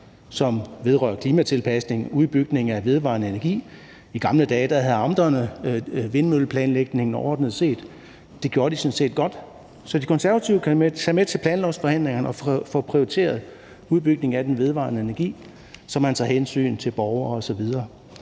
som vedrører klimatilpasning og udbygning af vedvarende energi. I gamle dage havde amterne vindmølleplanlægningen overordnet set, og det gjorde de sådan set godt. Så De Konservative kan tage med til planlovsforhandlingerne og få prioriteret udbygningen af den vedvarende energi, så man tager hensyn til borgere osv.